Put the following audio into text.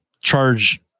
charge